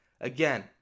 Again